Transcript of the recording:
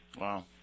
wow